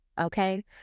Okay